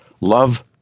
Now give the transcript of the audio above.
love